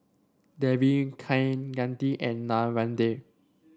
Devi Kaneganti and Narendra